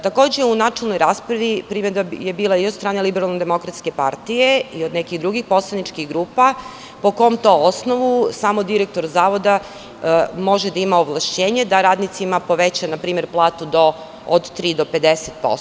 Takođe, u načelnoj raspravi primedba je bila i od strane LDP i od nekih drugih poslaničkih grupa – po kom to osnovu samo direktor Zavoda može da ima ovlašćenje, da radnicima poveća npr. platu od tri do 50%